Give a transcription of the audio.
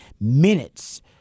minutes